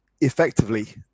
effectively